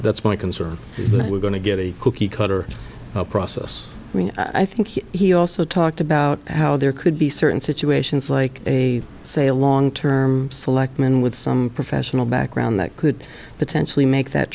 that's my concern that we're going to get a cookie cutter process i think he also talked about how there could be certain situations like a say a long term selectman with some professional background that could potentially make that